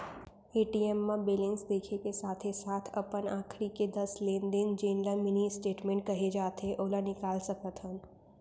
ATM म balance देखे के साथे साथ अपन आखरी के दस लेन देन जेन ल मिनी स्टेटमेंट कहे जाथे ओला निकाल सकत हन